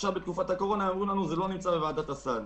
בתקופת הקורונה אומרים לנו שזה לא נמצא בוועדת הסל.